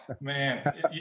man